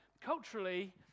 culturally